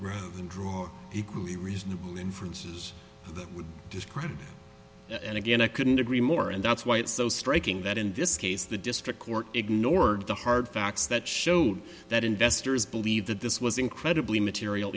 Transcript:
rather than draw equally reasonable inferences that would be discredited and again i couldn't agree more and that's why it's so striking that in this case the district court ignored the hard facts that showed that investors believe that this was incredibly material